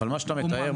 אבל מה שאתה מתאר,